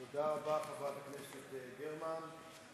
תודה רבה, חברת הכנסת יעל גרמן.